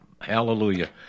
hallelujah